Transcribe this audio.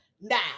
Now